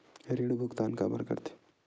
ऋण भुक्तान काबर कर थे?